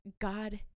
god